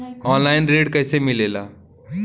Online ऋण कैसे मिले ला?